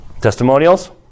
Testimonials